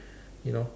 you know